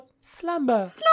slumber